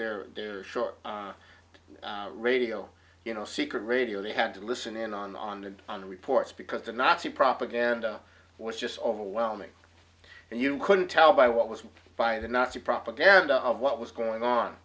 use their short radio you know secret radio they had to listen in on the on reports because the nazi propaganda was just overwhelming and you couldn't tell by what was by the nazi propaganda of what was going on